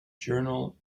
journal